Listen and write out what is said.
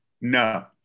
No